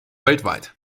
weltweit